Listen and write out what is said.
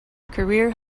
career